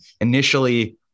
initially